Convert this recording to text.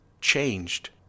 changed